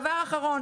דבר אחרון.